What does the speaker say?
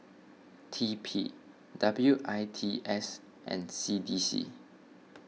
T P W I T S and C D C